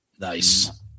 Nice